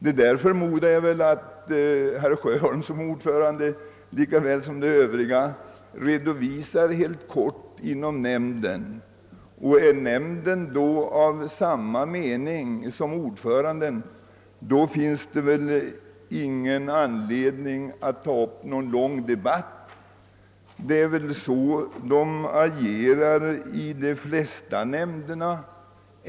Jag förmodar att herr Sjöholm, liksom andra ordförande, helt kort redovisar detta inom nämnden, och är nämnden då av samma mening som ordföranden finns det väl ingen anledning att ta upp någon diskussion. Det är på detta sätt man agerar i de flesta nämnder.